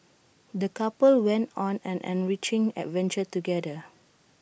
the couple went on an enriching adventure together